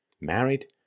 Married